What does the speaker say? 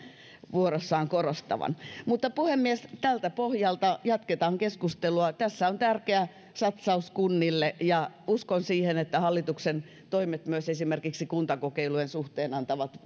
korostavan puhemies tältä pohjalta jatketaan keskustelua tässä on tärkeä satsaus kunnille ja uskon siihen että hallituksen toimet myös esimerkiksi kuntakokeilujen suhteen antavat